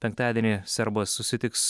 penktadienį serbas susitiks